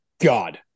God